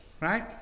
right